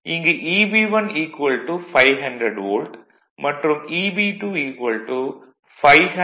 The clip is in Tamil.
இங்கு Eb1 500 வோல்ட் மற்றும் Eb2 500 Ia2R